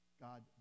God